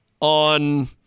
on